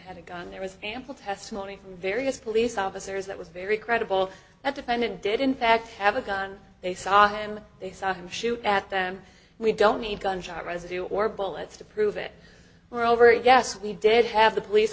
a gun there was ample testimony from various police officers that was very credible that defendant did in fact have a gun they saw him they saw him shoot at them we don't need gunshot residue or bullets to prove it we're over it yes we did have the police